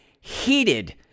heated